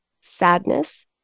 sadness